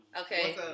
Okay